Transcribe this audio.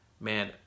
Man